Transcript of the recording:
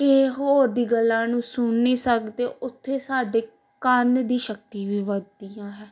ਅਤੇ ਹੋਰ ਦੀ ਗੱਲਾਂ ਨੂੰ ਸੁਣ ਨਹੀਂ ਸਕਦੇ ਉੱਥੇ ਸਾਡੇ ਕੰਨ ਦੀ ਸ਼ਕਤੀ ਵੀ ਵੱਧਦੀਆਂ ਹੈ